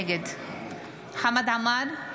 נגד חמד עמאר,